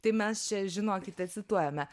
tai mes čia žinokite cituojame